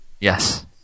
Yes